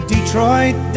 Detroit